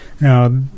Now